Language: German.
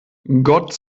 gott